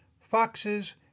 foxes